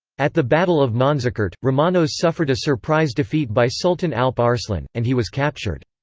at the battle of manzikert, romanos suffered a surprise defeat by sultan alp arslan, and he was captured.